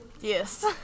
Yes